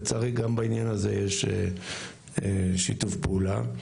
לצערי גם בעניין הזה יש שיתוף פעולה.